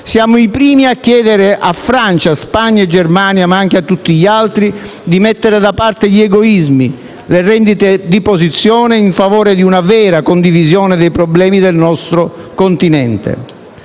Siamo i primi a chiedere a Francia, Spagna e Germania, ma anche a tutti gli altri, di mettere da parte gli egoismi e le rendite di posizione, in favore di una vera condivisione dei problemi del nostro continente.